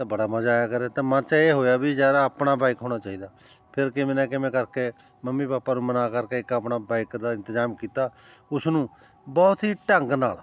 ਤਾਂ ਬੜਾ ਮਜ਼ਾ ਆਇਆ ਕਰੇ ਤਾਂ ਮਨ 'ਚ ਇਹ ਹੋਇਆ ਵੀ ਯਾਰ ਆਪਣਾ ਬਾਈਕ ਹੋਣਾ ਚਾਹੀਦਾ ਫਿਰ ਕਿਵੇਂ ਨਾ ਕਿਵੇਂ ਕਰਕੇ ਮੰਮੀ ਪਾਪਾ ਨੂੰ ਮਨਾ ਕਰਕੇ ਇੱਕ ਆਪਣਾ ਬਾਈਕ ਦਾ ਇੰਤਜ਼ਾਮ ਕੀਤਾ ਉਸ ਨੂੰ ਬਹੁਤ ਹੀ ਢੰਗ ਨਾਲ